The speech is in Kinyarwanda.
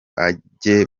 age